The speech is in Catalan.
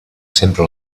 sempre